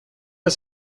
pas